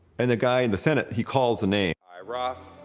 and the guy in the senate, he calls the name. aye, roth.